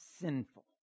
sinful